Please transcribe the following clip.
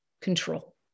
control